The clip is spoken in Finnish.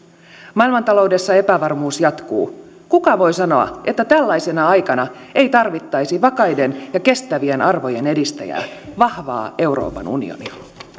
maailmantaloudessa epävarmuus jatkuu kuka voi sanoa että tällaisena aikana ei tarvittaisi vakaiden ja kestävien arvojen edistäjää vahvaa euroopan unionia